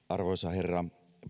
arvoisa herra